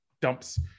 dumps